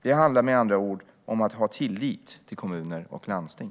Det handlar med andra ord om att ha tillit till kommuner och landsting.